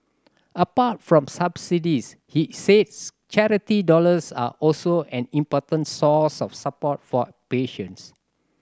apart from subsidies he says charity dollars are also an important source of support for patients